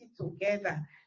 together